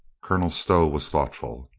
colonel stow was thought ful.